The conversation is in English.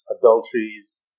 adulteries